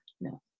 no